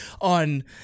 on